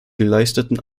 geleisteten